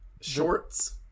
shorts